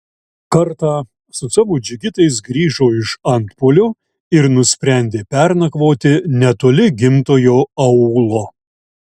kartą su savo džigitais grįžo iš antpuolio ir nusprendė pernakvoti netoli gimtojo aūlo